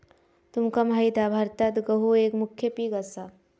तुमका माहित हा भारतात गहु एक मुख्य पीक असा